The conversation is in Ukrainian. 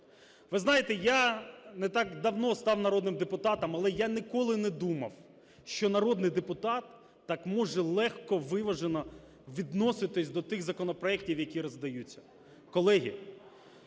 Ви знаєте, я не так давно став народним депутатом, але я ніколи не думав, що народний депутат так може легко, виважено відноситися до тих законопроектів, які роздаються.